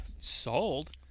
sold